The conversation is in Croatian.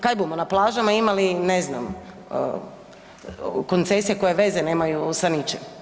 Kaj bumo, na plažama imali ne znam, koncesije koje veze nemaju sa ničim?